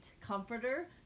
comforter